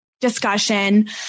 discussion